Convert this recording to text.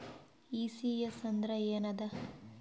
ECS ಅಂದ್ರ ಏನದ?